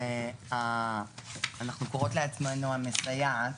שאנחנו קוראות לעצמנו "המסייעת",